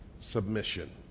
submission